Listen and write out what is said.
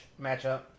matchup